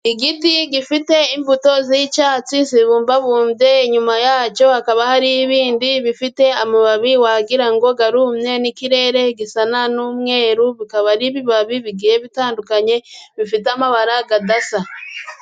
Igiti gifite imbuto z'icyatsi zibumbabumbye, inyuma yacyo hakaba hari ibindi bifite amababi wagira ngo arumye ,n'ikirere gisa n'umweru, bikaba ari ibabi bigiye bitandukanye bifite amabara adasa.